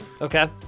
Okay